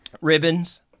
Ribbons